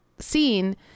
Scene